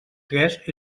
tres